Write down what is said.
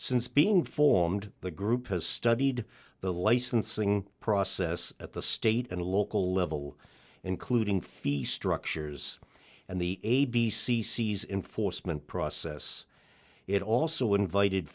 since being formed the group has studied the licensing process at the state and local level including fee structures and the a b c sees enforcement process it also invited